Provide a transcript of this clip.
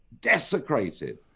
desecrated